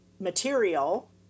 material